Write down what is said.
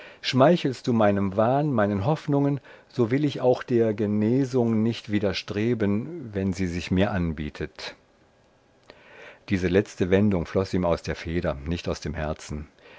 schmeichelst du meinem wahn meinen hoffnungen so will ich auch der genesung nicht widerstreben wenn sie sich mir anbietet diese letzte wendung floß ihm aus der feder nicht aus dem herzen